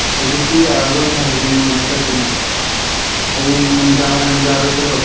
ꯍꯧꯖꯤꯛꯇꯤ ꯌꯥꯔꯔꯣꯏꯅꯦ ꯍꯌꯦꯡ ꯑꯣꯏꯅ ꯆꯠꯁꯤꯅꯦ ꯍꯌꯦꯡ ꯅꯨꯃꯤꯗꯥꯡ ꯋꯥꯏꯔꯝ ꯌꯥꯔꯣꯏꯗ꯭ꯔꯣ